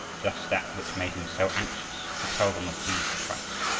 just that which made him so anxious to tell them of jesus christ,